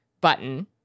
button